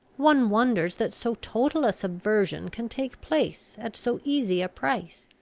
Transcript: one wonders that so total a subversion can take place at so easy a price.